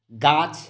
गाछ